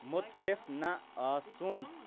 مُتفِف نہ آسُن